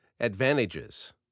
Advantages